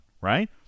right